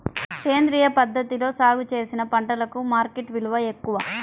సేంద్రియ పద్ధతిలో సాగు చేసిన పంటలకు మార్కెట్ విలువ ఎక్కువ